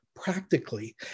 practically